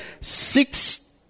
Six